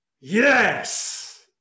Yes